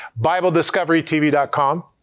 BibleDiscoveryTV.com